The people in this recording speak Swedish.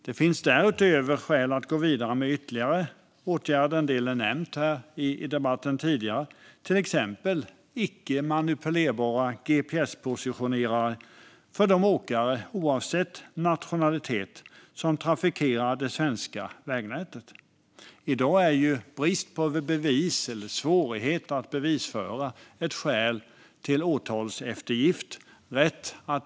Det finns därutöver skäl att gå vidare med ytterligare åtgärder. En del är nämnt här i debatten tidigare. Det gäller till exempel icke manipulerbara gps-positionerare för de åkare, oavsett nationalitet, som trafikerar det svenska vägnätet. I dag är brist på bevis eller svårigheter att bevisföra ett skäl till åtalseftergift.